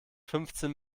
fünfzehn